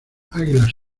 águilas